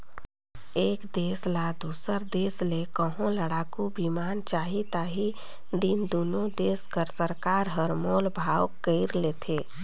एक देस ल दूसर देस ले कहों लड़ाकू बिमान चाही ता ही दिन दुनो देस कर सरकार हर मोल भाव कइर लेथें